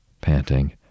panting